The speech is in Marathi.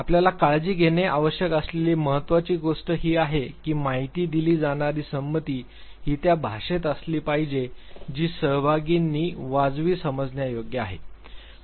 आपल्याला काळजी घेणे आवश्यक असलेली महत्वाची गोष्ट ही आहे की माहिती दिली जाणारी संमती ही त्या भाषेत असली पाहिजे जी सहभागींनी वाजवी समजण्यायोग्य आहे